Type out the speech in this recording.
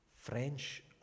French